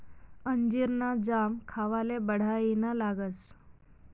अंजीर ना जाम खावाले बढाईना लागस